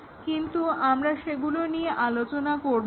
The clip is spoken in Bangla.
কিন্তু আমরা সেগুলো আলোচনা করবো না